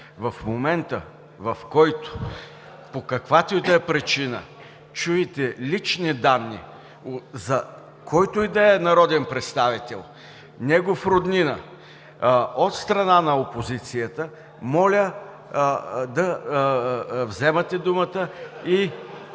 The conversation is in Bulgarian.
В момента, в който по каквато и да е причина чуете лични данни за който и да е народен представител, негов роднина, от страна на опозицията, моля да вземате думата и